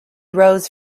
rose